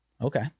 Okay